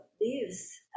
leaves